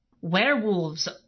werewolves